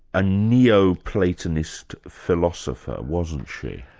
a neo-platonist philosopher, wasn't she?